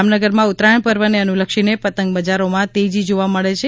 જામનગરમાં ઉતરાયણ પર્વને અનુલક્ષીને પતંગ બજારોમા તેજી જોવા મળે છે